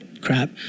Crap